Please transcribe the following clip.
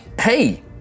Hey